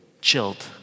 chilled